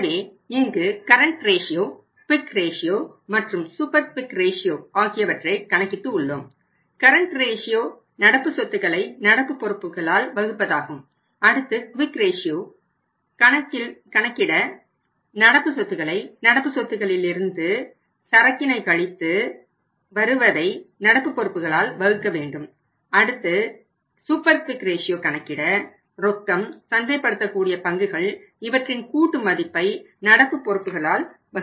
எனவே இங்கு current ratio கணக்கிட ரொக்கம் சந்தைபடுத்தக்கூடிய பங்குகள் இவற்றின் கூட்டு மதிப்பை நடப்பு பொறுப்புகளால் வகுக்க வேண்டும்